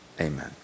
amen